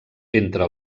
entre